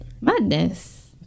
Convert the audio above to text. Madness